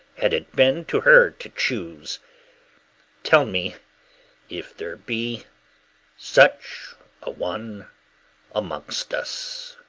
had it been to her to choose tell me if there be such a one amongst us?